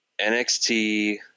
NXT